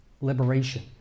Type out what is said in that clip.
liberation